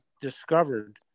discovered